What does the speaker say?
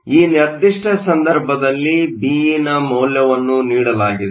ಆದ್ದರಿಂದ ಈ ನಿರ್ದಿಷ್ಟ ಸಂದರ್ಭದಲ್ಲಿ Be ನ ಮೌಲ್ಯವನ್ನು ನೀಡಲಾಗಿದೆ